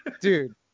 Dude